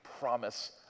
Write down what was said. promise